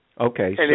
Okay